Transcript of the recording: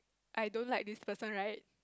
I don't like this person right